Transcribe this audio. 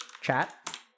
chat